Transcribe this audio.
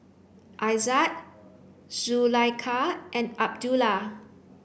Aizat Zulaikha and Abdullah